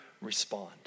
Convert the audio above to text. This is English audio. respond